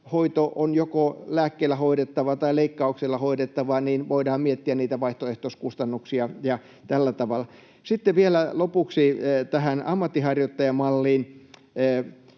hoito on joko lääkkeellä hoidettava tai leikkauksella hoidettava, voidaan miettiä niitä vaihtoehtoiskustannuksia, ja tällä tavalla. Sitten vielä lopuksi tähän ammatinharjoittajamalliin.